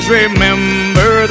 remember